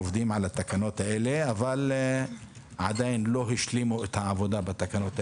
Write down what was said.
עובדים עליהן אבל עדין לא השלימו את עבודת התקנות.